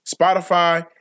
Spotify